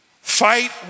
fight